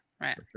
right